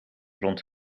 rond